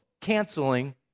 canceling